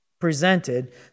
presented